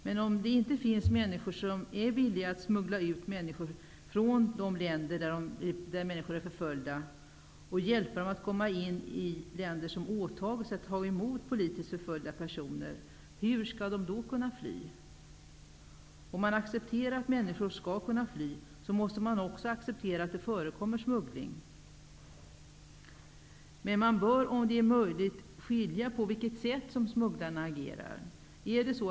Men om det inte finns personer som är villiga att smuggla ut människor från länder där de är förföljda och hjälpa dem att komma in i länder som åtagit sig att ta emot politiskt förföljda per soner -- hur skall de då kunna fly? Om man accep terar att människor skall kunna fly, måste man också acceptera att det förekommer smuggling. Man bör emellertid i möjligaste mån skilja på de sätt som smugglarna agerar på.